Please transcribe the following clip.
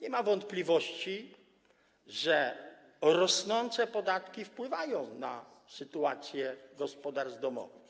Nie ma wątpliwości, że rosnące podatki wpływają na sytuację gospodarstw domowych,